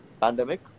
pandemic